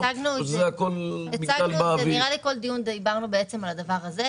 כשהצגנו את הנושא דיברנו על הדבר הזה.